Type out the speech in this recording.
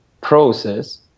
process